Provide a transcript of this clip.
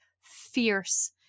fierce